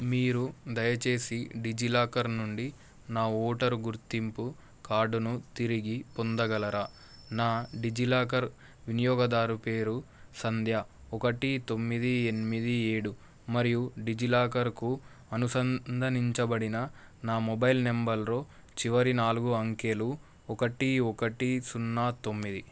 మీరు దయచేసి డిజిలాకర్ నుండి నా ఓటరు గుర్తింపు కార్డును తిరిగి పొందగలరా నా డిజిలాకర్ వినియోగదారు పేరు సంధ్యా ఒకటి తొమ్మిది ఎనిమిది ఏడు మరియు డిజిలాకర్కు అనుసంధానించబడిన నా మొబైల్ నంబర్లో చివరి నాలుగు అంకెలు ఒకటి ఒకటి సున్నా తొమ్మిది